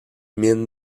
mines